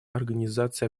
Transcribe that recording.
организации